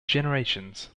generations